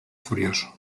furioso